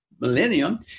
millennium